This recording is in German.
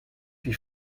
die